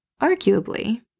Arguably